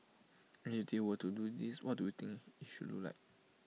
and if they were to do this what do you think IT should look like